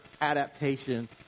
adaptation